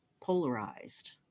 polarized